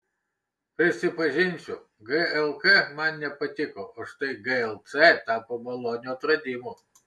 prisipažinsiu glk man nepatiko o štai glc tapo maloniu atradimu